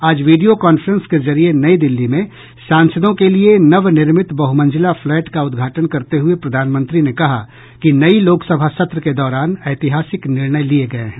आज video conference के जरिए नई दिल्ली में सांसदों के लिए नवनिर्मित बहुमंजिला फ्लैट का उदघाटन करते हुए प्रधानमंत्री ने कहा कि नई लोकसभा सत्र के दौरान ऐतिहासिक निर्णय लिए गए हैं